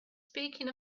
speaking